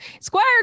Squire